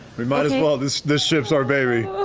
we might as well. this this ship's our baby.